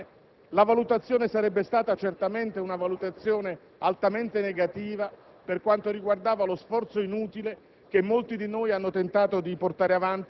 ma siamo anche convinti che se oggi il Parlamento non fosse riuscito a dare questa risposta nell'opinione pubblica nazionale